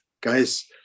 guys